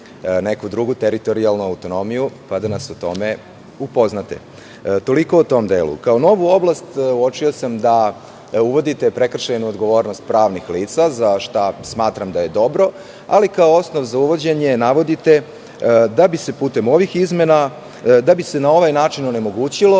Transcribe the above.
neku drugu teritorijalnu autonomiju, pa da nas o tome upoznate. Toliko o tom delu. Kao novu oblast uočio sam da uvodite prekršajnu odgovornost pravnih lica za šta smatram da je dobro, ali kao osnov za uvođenje navodite da bi se putem ovih izmena onemogućilo